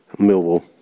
Millwall